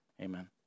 Amen